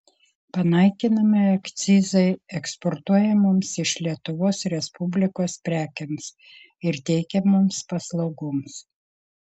panaikinami akcizai eksportuojamoms iš lietuvos respublikos prekėms ir teikiamoms paslaugoms